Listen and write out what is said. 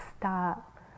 stop